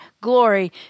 glory